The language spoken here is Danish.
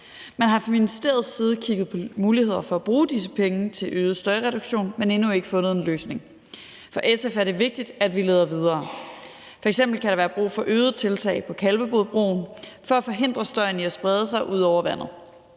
Man har fra ministeriets side kigget på muligheder for at bruge disse penge til øget støjreduktion, men man har endnu ikke fundet en løsning. For SF er det vigtigt, at vi leder videre. F.eks. kan der være brug for flere tiltag på Kalvebodbroen for at forhindre støjen i at sprede sig ud over vandet.